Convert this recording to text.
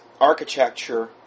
architecture